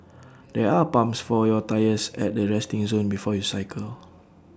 there are pumps for your tyres at the resting zone before you cycle